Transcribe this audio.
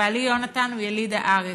ובעלי יונתן הוא יליד הארץ.